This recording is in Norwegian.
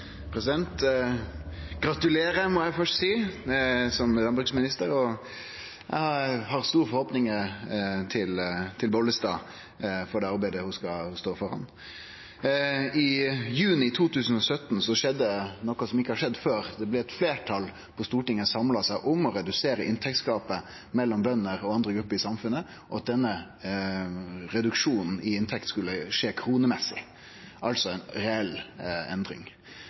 president –skal være sikre på at de skal slippe å stå igjen med gjeld. Eg må først seie gratulerer som landbruksminister! Eg har store forhåpningar til Bollestad og det arbeidet ho står framfor. I juni 2017 skjedde noko som ikkje har skjedd før – det blei eit fleirtal da Stortinget samla seg om å redusere inntektsgapet mellom bønder og andre grupper i samfunnet, og at denne reduksjonen i inntekta skulle skje kronemessig – altså ei reell endring.